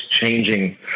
changing